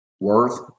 worth